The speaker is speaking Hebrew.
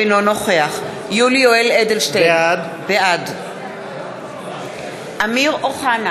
אינו נוכח יולי יואל אדלשטיין, בעד אמיר אוחנה,